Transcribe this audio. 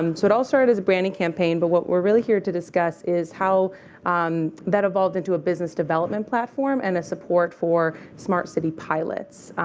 um so it all started as a branding campaign. but what we're really here to discuss is how that evolved into a business development platform and a support for smart city pilots.